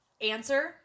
Answer